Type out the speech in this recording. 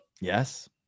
Yes